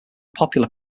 popular